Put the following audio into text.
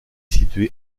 situé